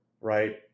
right